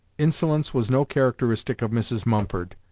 insolence was no characteristic of mrs. mumford.